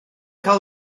cael